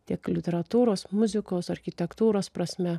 tiek literatūros muzikos architektūros prasme